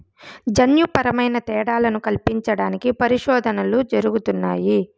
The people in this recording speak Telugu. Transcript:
జన్యుపరమైన తేడాలను కల్పించడానికి పరిశోధనలు జరుగుతున్నాయి